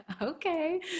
Okay